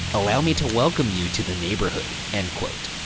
allow me to welcome you to the neighborhood end quote.